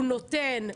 הוא נותן,